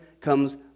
comes